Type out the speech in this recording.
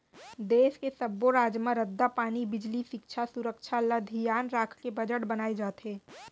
देस के सब्बो राज म रद्दा, पानी, बिजली, सिक्छा, सुरक्छा ल धियान राखके बजट बनाए जाथे